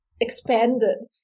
expanded